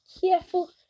careful